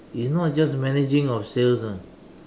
it not just managing of sales [one]